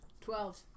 Twelve